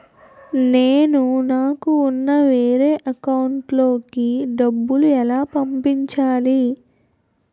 నేను నాకు ఉన్న వేరే అకౌంట్ లో కి డబ్బులు ఎలా పంపించాలి?